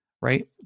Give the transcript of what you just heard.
right